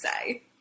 say